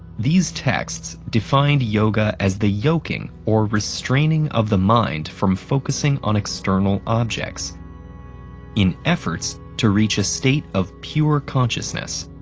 these texts defined yoga as the yoking or restraining of the mind from focusing on external objects in efforts to reach a state of pure consciousness.